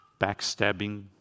backstabbing